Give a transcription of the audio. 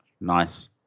nice